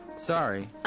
Sorry